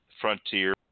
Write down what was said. Frontier